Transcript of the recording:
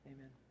Amen